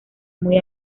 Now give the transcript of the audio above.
muy